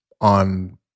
on